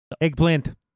Eggplant